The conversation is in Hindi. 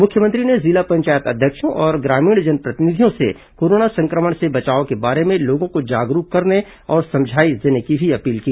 मुख्यमंत्री ने जिला पंचायत अध्यक्षों और ग्रामीण जनप्रतिनिधियों से कोरोना संक्रमण से बचाव के बारे में लोगों को जागरूक करने और समझाइश देने की अपील की